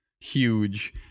Huge